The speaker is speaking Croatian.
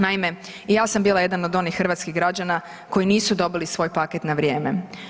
Naime, ja sam bila jedan od onih hrvatskih građana koji nisu dobili svoj paket na vrijeme.